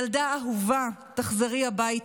ילדה אהובה, תחזרי הביתה.